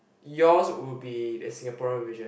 yours would be a Singaporean version